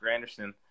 Granderson